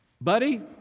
buddy